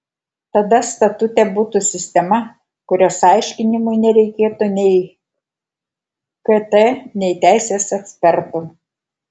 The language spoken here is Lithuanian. tada statute būtų sistema kurios aiškinimui nereikėtų nei kt nei teisės ekspertų